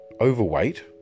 overweight